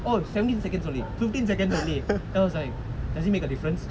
oh seventeen seconds only fifteen seconds then I was like does it make a difference and then like